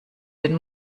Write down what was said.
den